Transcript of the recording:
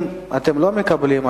אם אתם לא מקבלים,